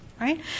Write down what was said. Right